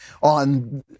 on